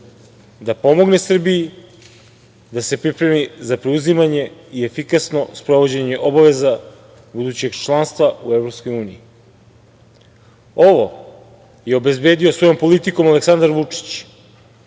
da pomogne Srbiji da se pripremi za preuzimanje i efikasno sprovođenje obaveza budućeg članstva u EU.Ovo je obezbedio svojom politikom Aleksandar Vučić.